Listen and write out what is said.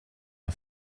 are